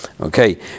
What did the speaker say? Okay